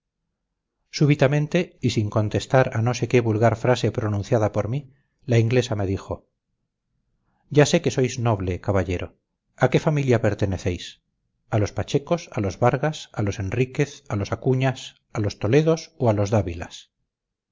súbitamente y sin contestar a no sé qué vulgar frase pronunciada por mí la inglesa me dijo ya sé que sois noble caballero a qué familia pertenecéis a los pachecos a los vargas a los enríquez a los acuñas a los toledos o a los dávilas